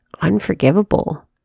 unforgivable